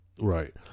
Right